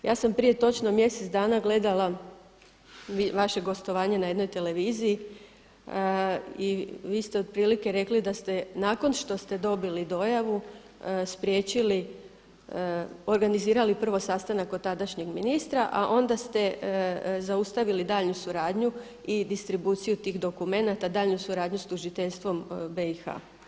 Ja sam prije točno mjesec dana gledala vaše gostovanje na jednoj televiziji i vi ste otprilike rekli da ste nakon što ste dobili dojavu spriječili, organizirali prvi sastanak kod tadašnjeg ministra, a onda ste zaustavili daljnju suradnju i distribuciju tih dokumenata, daljnju suradnju sa tužiteljstvom BiH.